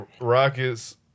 Rockets